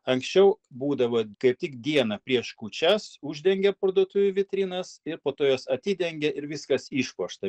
anksčiau būdavo kaip tik dieną prieš kūčias uždengia parduotuvių vitrinas ir po to jos atidengia ir viskas išpuošta